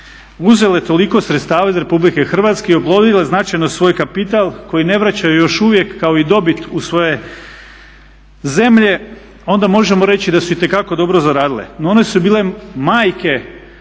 uzele toliko sredstava iz RH i oplodile značajno svoj kapital koji ne vraćaju još uvijek kao i dobit u svoje zemlje, onda možemo reći da su itekako dobro zaradile. No one su bile majke